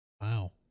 Wow